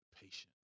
patience